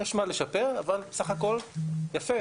יש מה לשפר אבל סך הכל יפה,